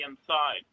inside